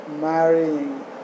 marrying